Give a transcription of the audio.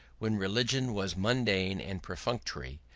when religion was mundane and perfunctory,